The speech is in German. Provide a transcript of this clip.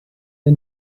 der